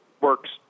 works